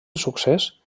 succés